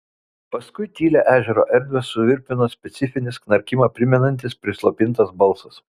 paskui tylią ežero erdvę suvirpino specifinis knarkimą primenantis prislopintas balsas